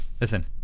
Listen